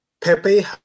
Pepe